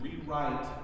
rewrite